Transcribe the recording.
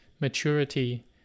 maturity